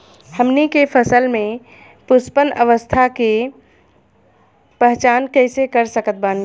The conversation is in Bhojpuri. हमनी के फसल में पुष्पन अवस्था के पहचान कइसे कर सकत बानी?